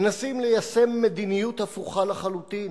מנסים ליישם מדיניות הפוכה לחלוטין,